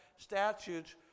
Statutes